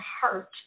heart